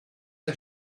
der